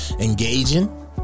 engaging